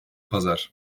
pazar